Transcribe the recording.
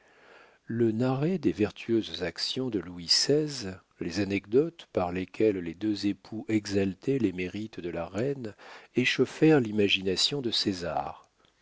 le narré des vertueuses actions de louis xvi les anecdotes par lesquelles les deux époux exaltaient les mérites de la reine échauffèrent l'imagination de césar